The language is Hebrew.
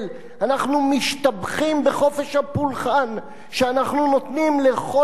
אנחנו משתבחים בחופש הפולחן שאנחנו נותנים לכל הדתות,